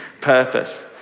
purpose